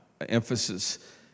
emphasis